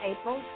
April